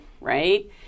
right